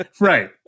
right